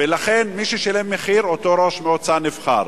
ולכן, מי ששילם מחיר, אותו ראש מועצה נבחר.